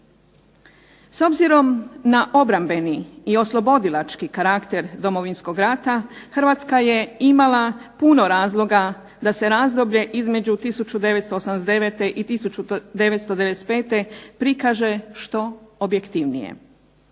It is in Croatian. S obzirom na obrambeni i oslobodilački karakter Domovinskog rata, Hrvatska je imala puno razloga da se razdoblje između 1989. i 1995. prikaže što objektivnije.